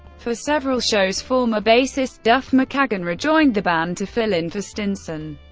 for several shows, former bassist duff mckagan rejoined the band to fill in for stinson,